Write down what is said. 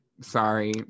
sorry